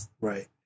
right